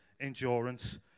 endurance